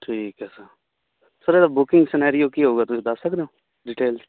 ਠੀਕ ਹੈ sir booking scenario ਕੀ ਹੋਵੇਗਾ ਤੁਸੀਂ ਦੱਸ ਸਕਦੇ ਹੋ ਡਿਟੇਲਸ